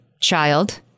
child